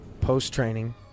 post-training